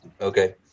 Okay